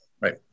right